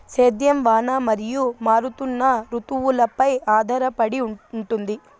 సేద్యం వాన మరియు మారుతున్న రుతువులపై ఆధారపడి ఉంటుంది